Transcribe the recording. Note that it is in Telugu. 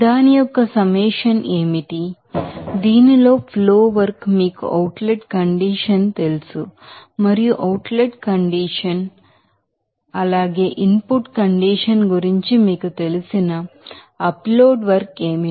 దాని యొక్క సమ్మిట్ ఏమిటి దీనిలో ఫ్లో వర్క్ మీకు అవుట్ లెట్ కండిషన్ తెలుసు మరియు అవుట్ లెట్ కండిషన్ మరియు ఇన్ పుట్ కండిషన్ గురించి మీకు తెలిసిన అప్ లోడ్ వర్క్ ఏమిటి